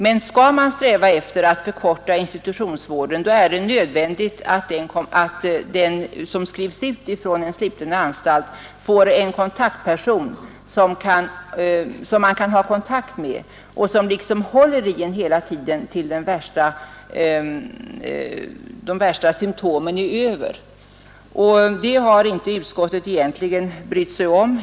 Men skall man sträva efter att förkorta institutionsvården är det nödvändigt att den som skrivs ut från en sluten anstalt får kontakt med en person som liksom håller i vederbörande hela tiden tills de värsta symtomen är över. Det har inte utskottet egentligen brytt sig om.